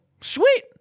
sweet